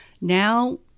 Now